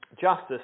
Justice